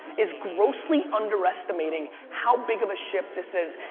is grossly underestimating how big of a shift this is.